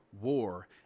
war